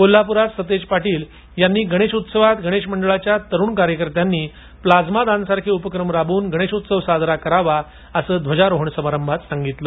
कोल्हापूरात सतेज पाटील यांनी गणेश उत्सवात गणेश मंडळाच्या तरूण कार्यकर्त्यांनी प्लाझ्मा दानसारखे उपक्रम राबवून गणेशोत्सव साजरा करावा असे आवाहन केलं